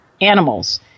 Animals